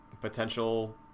potential